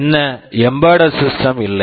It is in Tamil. என்ன எம்பெடெட் சிஸ்டம் embedded system இல்லை